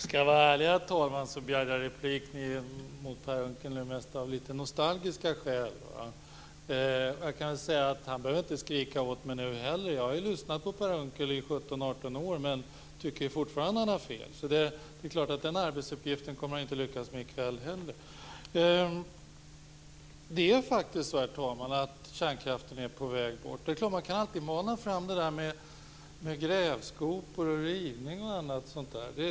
Herr talman! Skall jag vara ärlig begärde jag replik på Per Unckel mest av litet nostalgiska skäl. Han behöver inte skrika åt mig nu heller, eftersom jag har lyssnat på honom i 17-18 år och fortfarande tycker att han har fel. Den arbetsuppgiften kommer han inte att lyckas med i kväll heller. Herr talman! Kärnkraften är faktiskt på väg bort. Man kan förstås alltid mana fram bilden av grävskopor, rivning osv.